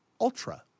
ultra